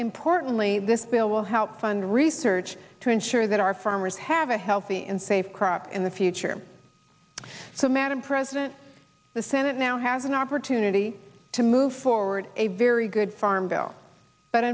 importantly this bill will help fund research to ensure that our farmers have a healthy and safe crop in the future so madam president the senate now has an opportunity to move forward a very good farm bill but